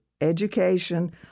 education